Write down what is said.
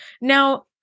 Now